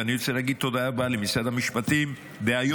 ואני רוצה להגיד תודה רבה למשרד המשפטים דהיום,